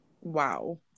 Wow